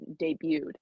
debuted